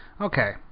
Okay